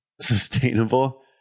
Sustainable